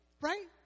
Right